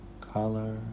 color